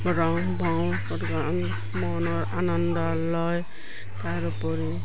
ৰং ভং মনৰ আনন্দ লয় তাৰোপৰি